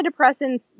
antidepressants